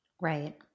Right